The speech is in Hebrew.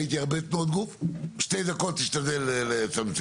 ראיתי הרבה תנועות גוף, שתי דקות תשתדל לצמצם.